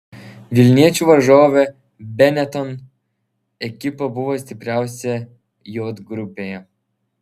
vilniečių varžovė benetton ekipa buvo stipriausia j grupėje